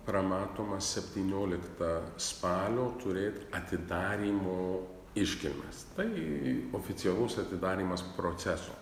pramatoma septynioliktą spalio turėt atidarymo iškilmes tai oficialus atidarymas proceso